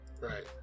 right